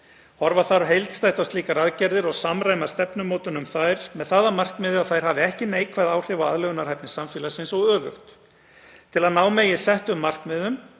Horfa þarf heildstætt á slíkar aðgerðir og samræma stefnumótun um þær með það að markmiði að þær hafi ekki neikvæð áhrif á aðlögunarhæfni samfélagsins og öfugt. Til að ná megi settum markmiðum,